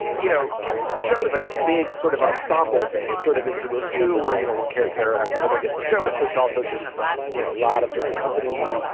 you know, catch the show is like a big sort of ensemble thing. it's sort of it's a review where, you know, one character after another gets their show. but there's also just, you know, a lot of sort of company.